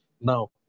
Now